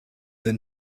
than